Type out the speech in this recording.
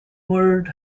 word